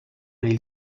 ell